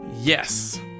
Yes